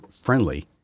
friendly